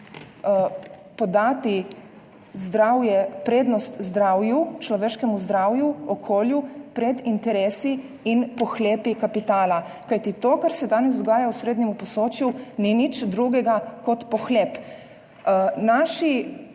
podati prednost zdravju, človeškemu zdravju, okolju pred interesi in pohlepi kapitala. Kajti to, kar se danes dogaja v srednjem Posočju, ni nič drugega kot pohlep. Naši